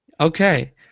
Okay